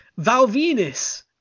Valvinus